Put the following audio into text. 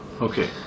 Okay